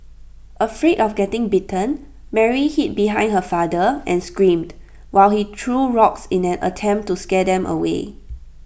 afraid of getting bitten Mary hid behind her father and screamed while he threw rocks in an attempt to scare them away